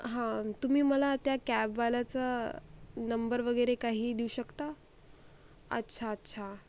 हा तुम्ही मला त्या कॅबवाल्याचा नंबर वगैरे काही देऊ शकता अच्छा अच्छा